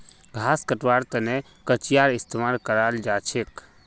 घास कटवार तने कचीयार इस्तेमाल कराल जाछेक